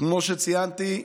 כמו שציינתי,